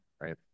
right